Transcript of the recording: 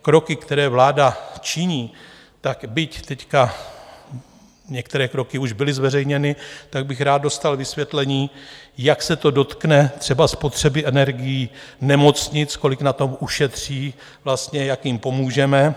Kroky, které vláda činí, tak byť teď některé kroky už byly zveřejněny, tak bych rád dostal vysvětlení, jak se to dotkne třeba spotřeby energií nemocnic, kolik na tom ušetří, vlastně jak jim pomůžeme.